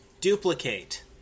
Duplicate